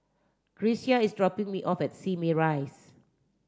Grecia is dropping me off at Simei Rise